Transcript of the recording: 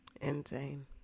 Insane